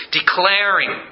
declaring